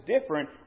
different